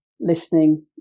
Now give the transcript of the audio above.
listening